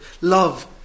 Love